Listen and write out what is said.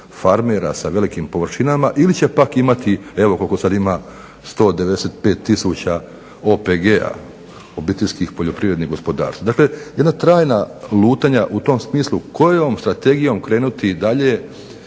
farmera sa velikim površinama ili će pak imati evo koliko sad ima 195 tisuća OPG-a, obiteljskih poljoprivrednih gospodarstava. Dakle, jedna trajna lutanja u tom smislu kojom strategijom krenuti dalje